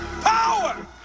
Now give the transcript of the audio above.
Power